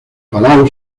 palau